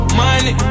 money